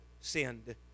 sinned